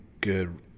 good